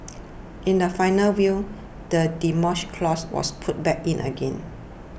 in the final will the Demolition Clause was put back in again